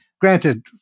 Granted